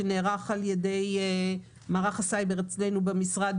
שנערך על ידי מערך הסייבר אצלנו במשרד,